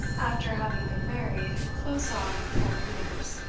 after having been married close on four years.